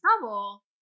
trouble